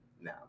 Now